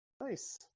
Nice